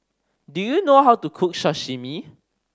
do you know how to cook Sashimi